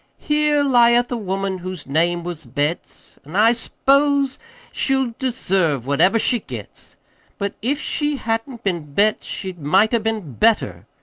here lieth a woman whose name was betts, an' i s'pose she'll deserve whatever she gets but if she hadn't been betts she might a been better,